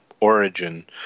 origin